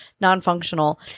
non-functional